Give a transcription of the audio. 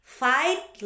fight